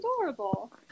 adorable